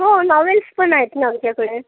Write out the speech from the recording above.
हो नॉवेल्स पण आहेत ना आमच्याकडे